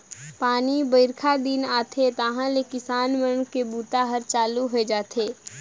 पानी बाईरखा दिन आथे तहाँले किसान मन के बूता हर चालू होए जाथे